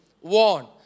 Warn